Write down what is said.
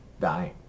dying